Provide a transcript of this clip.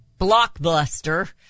blockbuster